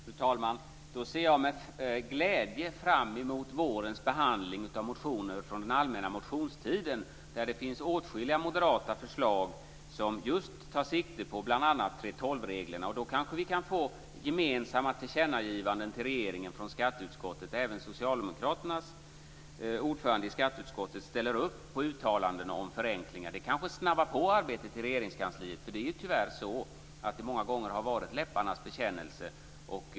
Fru talman! Då ser jag med glädje fram emot vårens behandling av motioner från den allmänna motionstiden. Där finns det åtskilliga moderata förslag som tar sikte på bl.a. 3:12-reglerna. Då kanske vi kan få gemensamma tillkännagivanden till regeringen från skatteutskottet. Även socialdemokraternas ordförande i skatteutskottet ställer upp på uttalanden om förenklingar. Det kanske snabbar på arbetet i Regeringskansliet. Tyvärr har det många gånger varit läpparnas bekännelse.